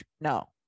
no